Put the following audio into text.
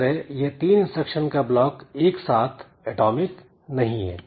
इस तरह यह तीन इंस्ट्रक्शन का ब्लॉक एक साथ एटॉमिक नहीं है